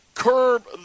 Curb